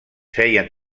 feien